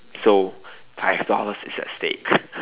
so five dollars is at stake